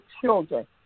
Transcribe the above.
children